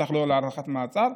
ובטח שלא להארכת מעצר.